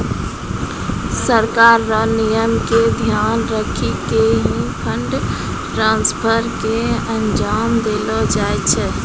सरकार र नियम क ध्यान रखी क ही फंड ट्रांसफर क अंजाम देलो जाय छै